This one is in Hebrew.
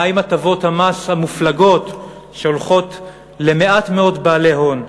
מה עם הטבות המס המופלגות שהולכות למעט מאוד בעלי הון?